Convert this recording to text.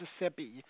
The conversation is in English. Mississippi